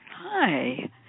Hi